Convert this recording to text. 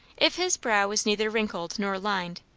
if his brow was neither wrinkled nor lined,